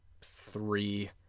three